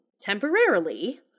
temporarily